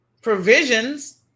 provisions